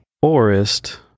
forest